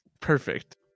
Perfect